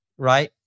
right